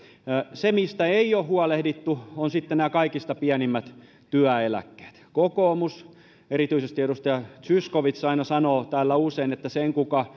se mistä ei ole huolehdittu on sitten kaikista pienimmät työeläkkeet kokoomus erityisesti edustaja zyskowicz sanoo sanoo täällä usein että sen